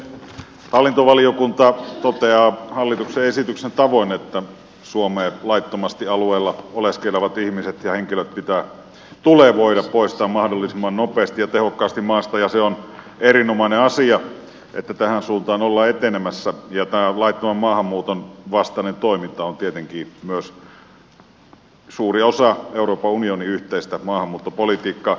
hallintovaliokunta toteaa hallituksen esityksen tavoin että laittomasti suomen alueella oleskelevat ihmiset ja henkilöt tulee voida poistaa mahdollisimman nopeasti ja tehokkaasti maasta ja se on erinomainen asia että tähän suuntaan ollaan etenemässä ja tämä laittoman maahanmuuton vastainen toiminta on tietenkin myös suuri osa euroopan unionin yhteistä maahanmuuttopolitiikkaa